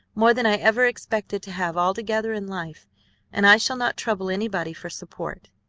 more than i ever expected to have all together in life and i shall not trouble anybody for support.